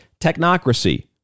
technocracy